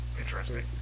Interesting